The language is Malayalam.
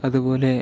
അതുപോലെ